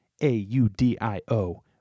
A-U-D-I-O